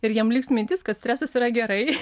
ir jiem liks mintis kad stresas yra gerai